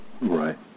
Right